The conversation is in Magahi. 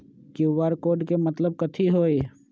कियु.आर कोड के मतलब कथी होई?